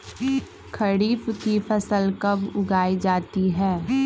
खरीफ की फसल कब उगाई जाती है?